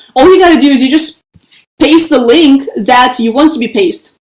all you got to do is you just paste the link that you want to be paste,